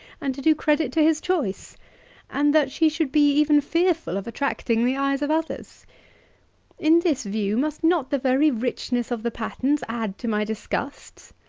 and to do credit to his choice and that she should be even fearful of attracting the eyes of others in this view, must not the very richness of the patterns add to my disgusts